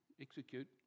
execute